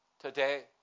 today